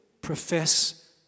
profess